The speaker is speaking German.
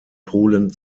polen